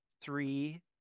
three